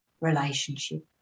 relationship